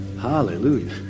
Hallelujah